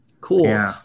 cool